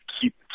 keep